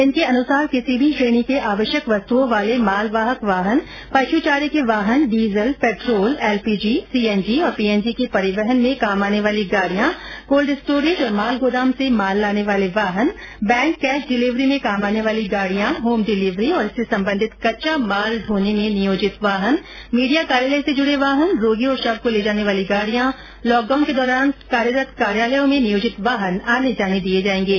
इनके अनुसार किसी भी श्रेणी के आवश्यक वस्तुओं वाले मालवाहक वाहन पश् चारे के वाहन डीजल पेट्रोल एलपीजी सीएनजी और पीएनजी के परिवहन में काम आने वाली गाड़ियां कोल्ड स्टोरेज और माल गोदाम से माल लाने वाले वाहन बैंक कैश डिलीवरी में काम आने वाली गाडियां होम डिलीवरी और इससे संबंधित कच्चा माल ढोने में नियोजित वाहन मीडिया कार्यालय से जुड़े वाहन रोगी और शव को ले जानी वाली गाड़ियां लॉक डाउन के दौरान कार्यरत कार्यालयों में नियोजित वाहन आने जाने दिए जाएंगे